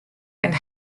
and